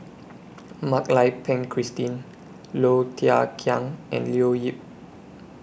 Mak Lai Peng Christine Low Thia Khiang and Leo Yip